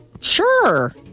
Sure